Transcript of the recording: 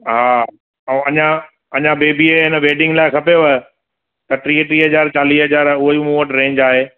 हा ऐं अञां अञां बेबीअ ए इन वेडींग लाइ खपेव त टीह टीह हज़ार चालीह हज़ार उहो ई मूं वटि रेंज आहे